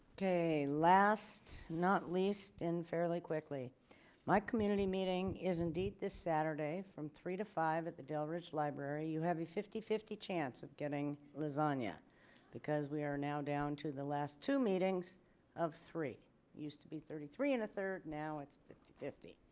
okay last not least in fairly quickly my community meeting is indeed this saturday from three to five at the delbridge library. you have a fifty fifty chance of getting lasagna because we are now down to the last two meetings of three used to be thirty three and a third. now it's fifty fifty